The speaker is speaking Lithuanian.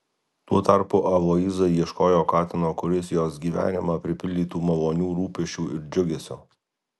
tuo tarpu aloyza ieškojo katino kuris jos gyvenimą pripildytų malonių rūpesčių ir džiugesio